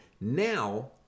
Now